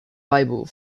bible